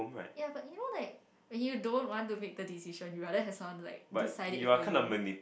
ya but you know like when you don't want to make the decision you rather have someone like decide it for you